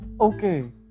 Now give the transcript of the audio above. Okay